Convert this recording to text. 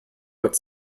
what